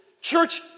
Church